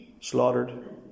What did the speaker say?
slaughtered